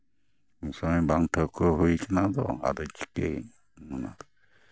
ᱩᱱ ᱥᱚᱢᱚᱭ ᱵᱟᱝ ᱴᱷᱟᱹᱣᱠᱟᱹ ᱦᱩᱭ ᱠᱟᱱᱟ ᱟᱫᱚ ᱟᱫᱚ ᱪᱤᱠᱟᱹᱭᱟᱹᱧ ᱚᱱᱟ